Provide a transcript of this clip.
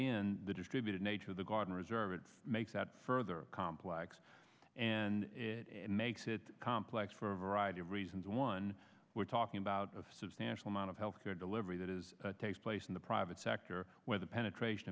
in the distributed nature of the guard and reserve it makes that further complex and it makes it complex for a variety of reasons one we're talking about of substantial amount of healthcare delivery that is takes place in the private sector where the penetration